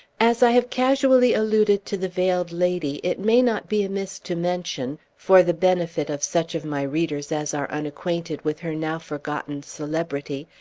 as i have casually alluded to the veiled lady, it may not be amiss to mention, for the benefit of such of my readers as are unacquainted with her now forgotten celebrity,